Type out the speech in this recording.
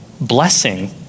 Blessing